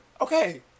Okay